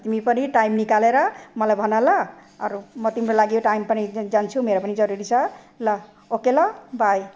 तिमी पनि टाइम निकालेर मलाई भन ल अरू म तिम्रो लागि यो टाइम पनि जान्छु मेरो पनि जरुरी छ ल ओके ल बाई